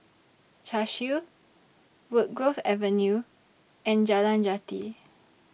Cashew Woodgrove Avenue and Jalan Jati